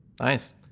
Nice